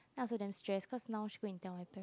I also damn stress cause now she go and tell my parents